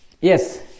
Yes